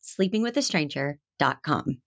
sleepingwithastranger.com